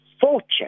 fortune